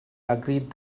agreed